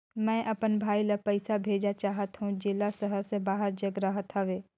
मैं अपन भाई ल पइसा भेजा चाहत हों, जेला शहर से बाहर जग रहत हवे